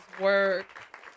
work